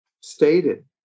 stated